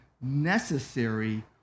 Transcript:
necessary